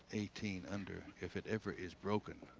eighteen under. if it ever is broken,